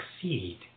succeed